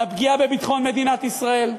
לפגיעה בביטחון מדינת ישראל,